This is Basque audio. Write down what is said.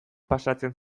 pasatzen